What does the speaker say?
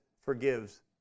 forgives